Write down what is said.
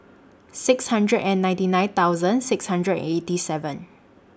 six hundred and ninety nine thousand six hundred and eighty seven